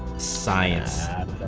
science